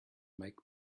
make